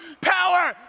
power